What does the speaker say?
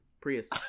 Prius